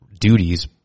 duties